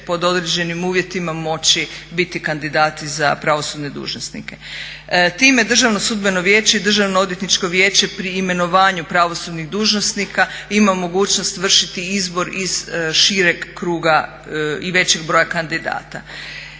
pod određenim uvjetima moći biti kandidati za pravosudne dužnosnike. Time Državno sudbeno vijeće i Državno odvjetničko vijeće pri imenovanja pravosudnih dužnosnika ima mogućnost vršiti izbor iz šireg kruga i većeg broja kandidata.